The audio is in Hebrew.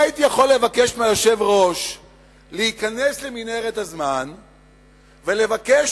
לבקש מהיושב-ראש להיכנס למנהרת הזמן ולבקש